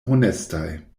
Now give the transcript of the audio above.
honestaj